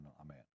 Amen